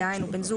דהיינו בן זוג,